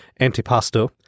antipasto